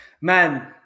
man